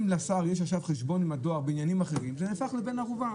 אם לשר יש חשבון עם הדואר בעניינים אחרים זה נהפך לבן ערובה